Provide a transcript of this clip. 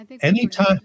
Anytime